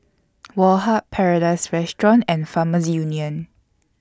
Woh Hup Paradise Restaurant and Farmers Union